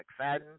McFadden